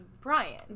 brian